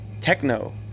techno